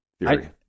theory